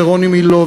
ורוני מילוא,